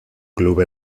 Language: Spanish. club